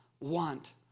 want